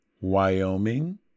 wyoming